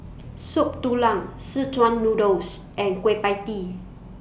Soup Tulang Szechuan Noodle and Kueh PIE Tee